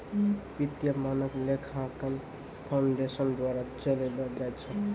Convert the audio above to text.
वित्तीय मानक लेखांकन फाउंडेशन द्वारा चलैलो जाय छै